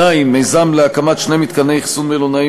2. מיזם להקמת שני מתקני אכסון מלונאיים